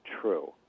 true